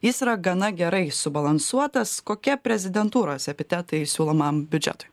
jis yra gana gerai subalansuotas kokie prezidentūros epitetai siūlomam biudžetui